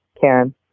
Karen